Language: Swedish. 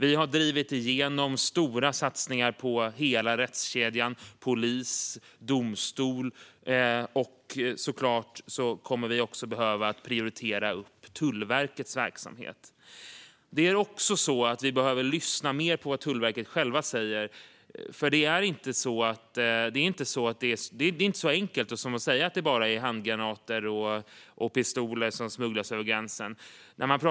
Vi har drivit igenom stora satsningar på hela rättskedjan, polis och domstol, och vi kommer såklart också att behöva prioritera Tullverkets verksamhet. Vi behöver lyssna mer på vad man vid Tullverket själva säger, för det är inte så enkelt som att det bara är handgranater och pistoler som smugglas över gränsen.